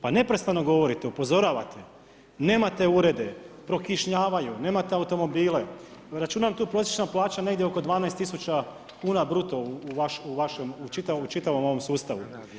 Pa neprestano govorite, upozoravate nemate urede, prokišnjavaju, nemate automobile, računam tu prosječna plaća negdje oko 12.000 kuna bruto u vašem u čitavom ovom sustavu.